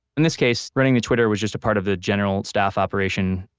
in this case, running the twitter was just a part of the general staff operation.